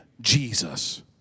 Jesus